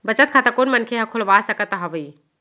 बचत खाता कोन कोन मनखे ह खोलवा सकत हवे?